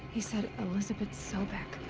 he said. elisabet sobeck.